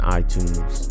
itunes